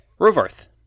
Rovarth